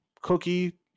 Cookie